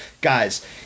guys